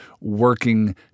working